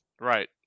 right